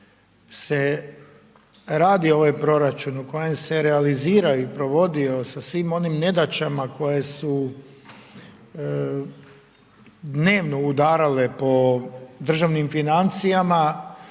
se radi ovaj proračun, u kojem se realizira i provodi sa svim onim nedaćama koje su dnevno udarale po državnim financijama